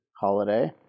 holiday